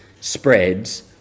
spreads